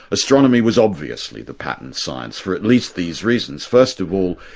astronomy was obviously the pattern science, for at least these reasons. first of all,